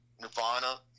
Nirvana